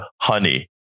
honey